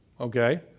okay